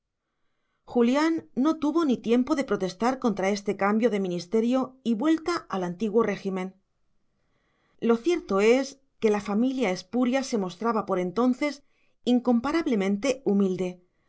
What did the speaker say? julián no tuvo ni tiempo de protestar contra este cambio de ministerio y vuelta al antiguo régimen lo cierto es que la familia espuria se mostraba por entonces incomparablemente humilde